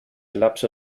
lapso